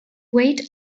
weight